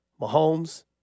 Mahomes